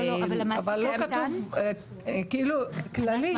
לא, אבל כתוב כללית.